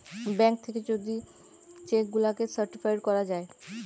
bank থাকে যদি cheque গুলাকে সার্টিফাইড করা যায়